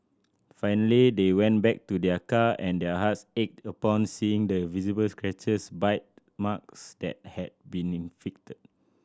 finally they went back to their car and their hearts ached upon seeing the visible scratches bite marks that had been inflicted